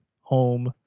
home